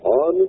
on